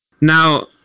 Now